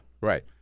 right